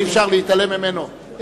בהחלט אי-אפשר להתעלם ממנו.